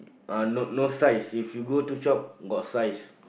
uh no no size if you go to shop got size